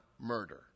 murder